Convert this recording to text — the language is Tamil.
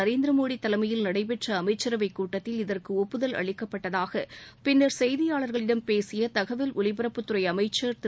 நரேந்திர மோடி தலைமையில் நடைபெற்ற அமைச்சரவைக் கூட்டத்தில் இதற்கு ஒப்புதல் அளிக்கப்பட்டதாக பின்னர் செய்தியாளர்களிடம் பேசிய தகவல் ஒலிபரப்புத் துறை அமைச்சர் திரு